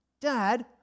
Dad